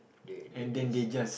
they there there's